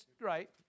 right